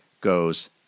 goes